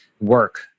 work